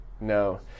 No